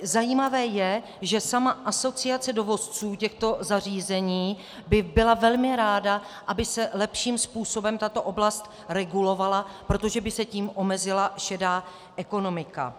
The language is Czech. Zajímavé je, že sama asociace dovozců těchto zařízení by byla velmi ráda, aby se lepším způsobem tato oblast regulovala, protože by se tím omezila šedá ekonomika.